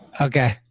Okay